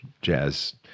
jazz